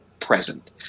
present